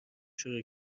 شروع